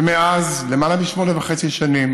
ומאז, יותר משמונה וחצי שנים